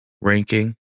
ranking